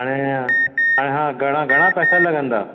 हाणे हा घणा घणा पैसा लॻंदा